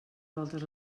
voltes